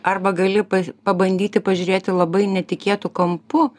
arba gali pa pabandyti pažiūrėti labai netikėtu kampu